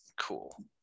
cool